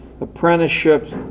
apprenticeships